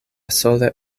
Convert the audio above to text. sole